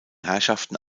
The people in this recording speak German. herrschaften